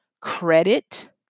credit